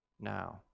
now